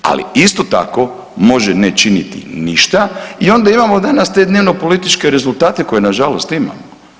Ali isto tako može ne činiti ništa i onda imamo danas te dnevnopolitičke rezultate koje nažalost imamo.